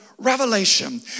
revelation